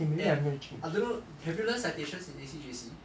and I don't know have you learnt citations in A_C J_C